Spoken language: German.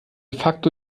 facto